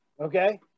Okay